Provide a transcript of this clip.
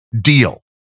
deal